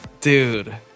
Dude